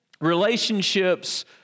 relationships